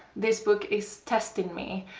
this book is testing me